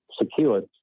secured